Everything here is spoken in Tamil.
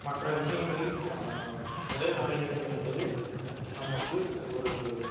மற்ற விஷயங்களில் உடை நாகரீகம் என்பது நமக்கு ஒரு